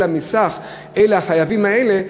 אלא מסך החייבים האלה,